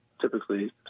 typically